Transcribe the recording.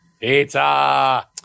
Pizza